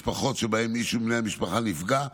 משפחות שבהן מישהו מבני המשפחה נפגע,